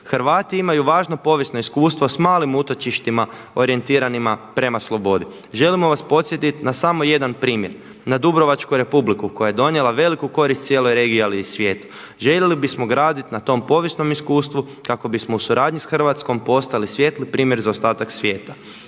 Hrvati imaju važno povijesno iskustvo s malim utočištima orijentiranima prema slobodi. Želimo vas podsjetit na samo jedan primjer na Dubrovačku Republiku koja je donijela veliku korist cijeloj regiji ali i svijetu. Željeli bismo graditi na tom povijesnom iskustvu kako bismo u suradnji sa Hrvatskom postali svijetli primjer za ostatak svijeta.